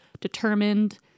determined